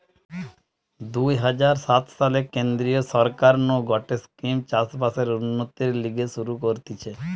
দুই হাজার সাত সালে কেন্দ্রীয় সরকার নু গটে স্কিম চাষ বাসের উন্নতির লিগে শুরু করতিছে